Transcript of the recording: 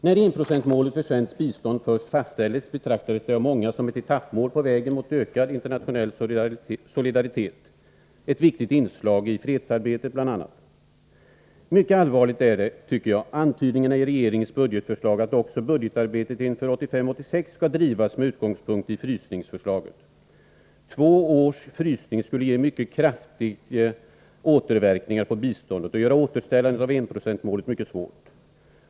När enprocentsmålet för svenskt bistånd först fastställdes betraktades det av många som ett etappmål på vägen mot ökad internationell solidaritet, ett viktigt inslag i fredsarbetet bl.a. Det är mycket allvarligt, tycker jag, att vi finner antydningar i regeringens budgetförslag att också budgetarbetet inför 1985/86 skall drivas med utgångspunkt i frysningsförslaget. Två års frysning skulle ge mycket kraftiga återverkningar på biståndet och göra återställandet av enprocentsmålet mycket svårt.